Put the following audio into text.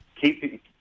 keep